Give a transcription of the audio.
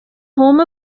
home